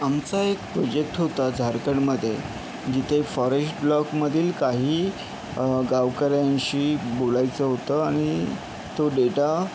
आमचा एक प्रोजेक्ट होता झारखंडमध्ये जिथे फॉरेस्ट ब्लॉकमधील काही गावकऱ्यांशी बोलायचं होतं आणि तो डेटा